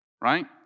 right